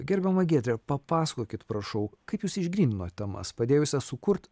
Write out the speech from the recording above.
gerbiama giedre papasakokit prašau kaip jūs išgryninot temas padėjusias sukurti